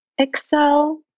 Excel